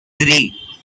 three